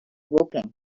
woking